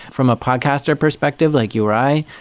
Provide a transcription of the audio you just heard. from a podcaster perspective like you or i,